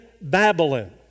Babylon